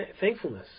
thankfulness